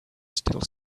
still